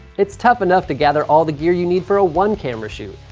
it's tough enough to gather all the gear you need for a one-camera shoot,